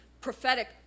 prophetic